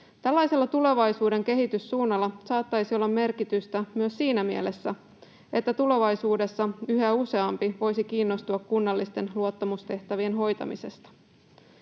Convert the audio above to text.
Tällaisella tulevaisuuden kehityssuunnalla saattaisi olla merkitystä myös siinä mielessä, että tulevaisuudessa yhä useampi voisi kiinnostua kunnallisten luottamustehtävien hoitamisesta.